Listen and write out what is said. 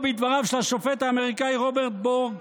או בדבריו של השופט האמריקאי רוברט בורק,